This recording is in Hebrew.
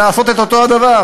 מן הסתם, לעשות את אותו הדבר.